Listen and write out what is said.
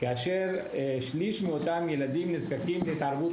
כאשר שליש מאותם ילדים נזקקים להתערבות